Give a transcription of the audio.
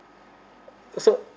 so